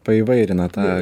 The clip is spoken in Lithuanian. paįvairina tą